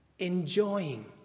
enjoying